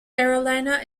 carolina